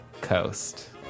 Coast